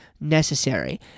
necessary